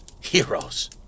Heroes